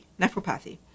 nephropathy